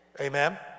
Amen